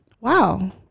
Wow